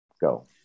go